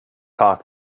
hawk